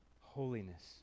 holiness